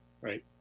Right